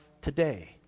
today